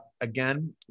again